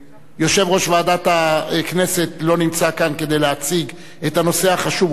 ויושב-ראש ועדת הכנסת לא נמצא כאן כדי להציג את הנושא החשוב,